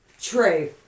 True